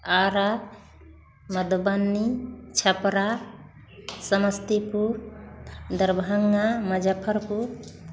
Ara Madhubani Chhapra Samastipur Darbhanga Muzaffarpur